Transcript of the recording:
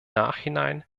nachhinein